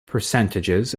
percentages